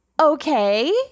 okay